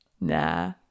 Nah